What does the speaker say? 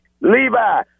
Levi